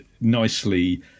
nicely